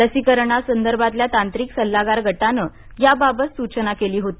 लसीकरणा संदर्भातल्या तांत्रिक सल्लागार गटानं याबाबत सूचना केली होती